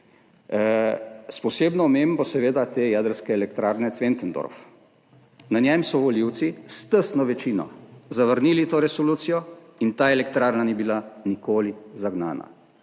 posebno omembo seveda te jedrske elektrarne Zwentendorf. Na njem so volivci s tesno večino zavrnili to resolucijo in ta elektrarna ni bila nikoli zagnana.